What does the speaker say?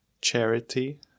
charity